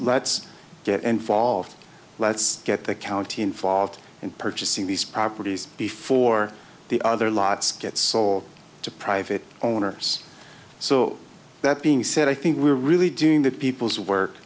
let's get involved let's get the county in fault in purchasing these properties before the other lot skitt soul to private owners so that being said i think we're really doing the people's work